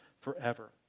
forever